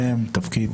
שם, תפקיד.